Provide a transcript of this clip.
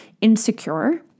insecure